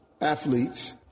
athletes